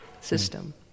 system